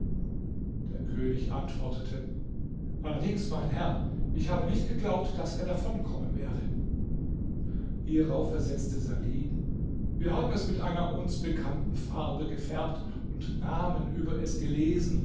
der könig antwortete allerdings mein herr ich habe nicht geglaubt daß es davonkommen werde hierauf versetzte salih wir haben es mit einer uns bekannten farbe gefärbt und namen über es gelesen